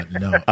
no